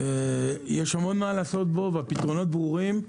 יש המון מה לעשות בו והפתרונות ברורים,